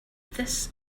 this